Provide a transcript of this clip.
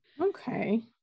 Okay